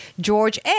George